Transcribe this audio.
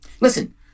Listen